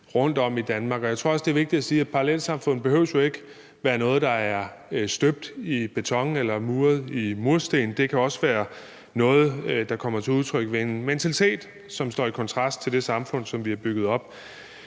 rundtom i Danmark. Jeg tror også, det er vigtigt at sige, at parallelsamfund jo ikke behøver at være noget, der er støbt i beton eller muret i mursten; det kan også være noget, der kommer til udtryk ved en mentalitet, som står i kontrast til det samfund, vi har bygget op.